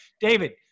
david